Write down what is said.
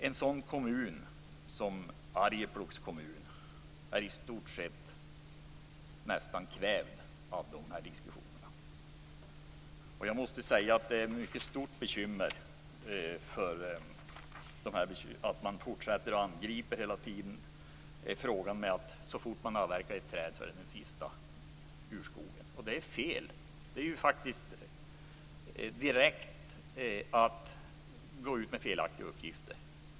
En sådan kommun som Arjeplogs kommun är i stort sett nästan kvävd av dessa diskussioner. Jag måste säga att det är ett mycket stort bekymmer att man hela tiden fortsätter att angripa detta. Så fort man avverkar ett träd sägs det att det är den sista urskogen. Det är fel. Det är att gå ut med felaktiga uppgifter.